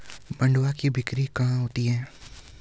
मंडुआ की बिक्री कहाँ होती है?